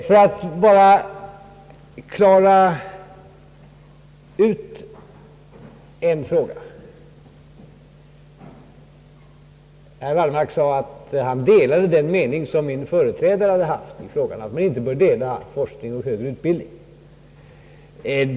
Låt mig bara klara ut en fråga: Herr Wallmark sade att han delade den mening som min företrädare haft att man inte bör skilja på forskning och högre utbildning.